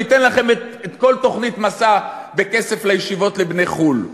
ניתן לכם את כל תוכנית "מסע" בכסף לישיבות לבני חו"ל.